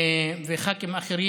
וח"כים אחרים.